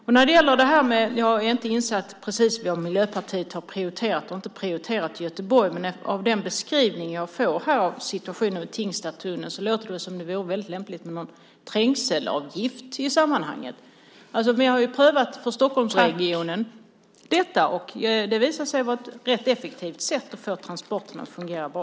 Jag är inte insatt precis i vad Miljöpartiet har prioriterat och inte prioriterat i Göteborg, men av den beskrivning jag får här av situationen vid Tingstadstunneln låter det som att det vore väldigt lämpligt med en trängselavgift i det sammanhanget. Vi har ju prövat detta i Stockholmsregionen, och det visar sig vara ett rätt effektivt sätt att få transporterna att fungera bra.